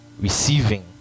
receiving